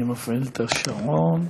אני מפעיל את השעון.